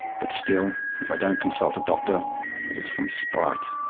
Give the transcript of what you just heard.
but still, if i don't consult a doctor it is from spite.